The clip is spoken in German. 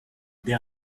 der